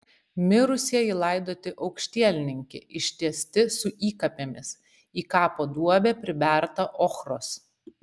mirusieji laidoti aukštielninki ištiesti su įkapėmis į kapo duobę priberta ochros